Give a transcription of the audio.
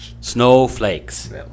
Snowflakes